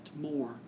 more